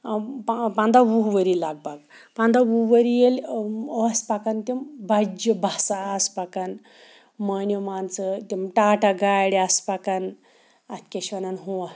پنٛداہ وُہ ؤری لگ بگ پنٛداہ وُہ ؤری ییٚلہِ ٲسۍ پَکان تِم بَجہِ بَسہٕ آسہٕ پَکان مٲنِو مان ژٕ تِم ٹاٹا گاڑِ آسہٕ پَکان اَتھ کیٛاہ چھِ وَنان ہُہ